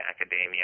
academia